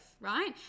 right